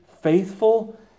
faithful